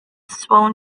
sworn